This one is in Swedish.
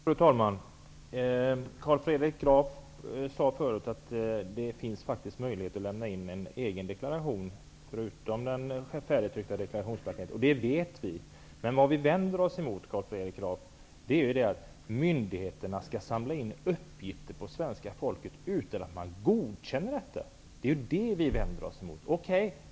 Fru talman! Carl Fredrik Graf sade förut att det finns möjlighet att lämna in en allmän självdeklaration i stället för den färdigtryckta deklarationsblanketten. Det vet vi. Vad vi vänder oss emot är att myndigheterna skall samla in uppgifter om svenska folket utan att de har godkänt det.